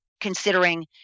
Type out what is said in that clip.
considering